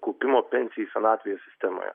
kaupimo pensijai senatvėje sistemoje